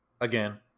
again